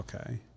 Okay